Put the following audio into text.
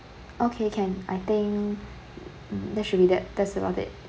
okay can I think there should be that that's about it